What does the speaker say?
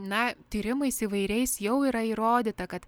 na tyrimais įvairiais jau yra įrodyta kad